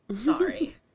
sorry